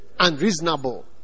unreasonable